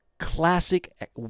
classic